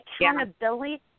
accountability